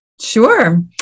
Sure